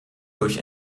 durch